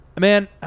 man